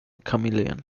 chameleon